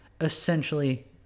Essentially